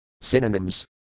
Synonyms